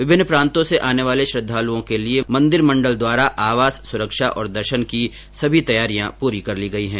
विभिन्न प्रान्तों से आने वाले श्रद्वालुओं के लिए मन्दिर मण्डल द्वारा आवास सुरक्षा और दर्शन की सभी तैयारियां पूरी कर ली गई है